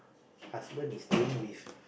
husband is staying with